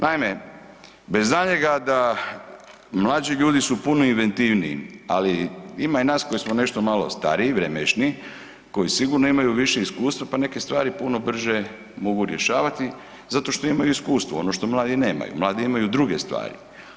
Naime, bez daljnjega da mlađi ljudi su puno inventivniji ali ima i nas koji smo nešto malo stariji, vremešni koji sigurno imaju više iskustva pa neke stvari puno brže mogu rješavati zato što imaju iskustvo ono što mladi nemaju, mladi imaju druge stvari.